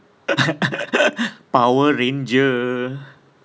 power ranger